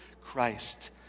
Christ